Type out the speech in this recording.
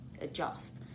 adjust